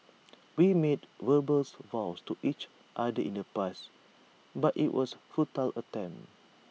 we made verbal vows to each other in the past but IT was futile attempt